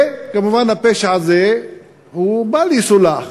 וכמובן, הפשע הזה הוא בל-יסולח,